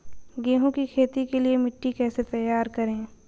गेहूँ की खेती के लिए मिट्टी कैसे तैयार करें?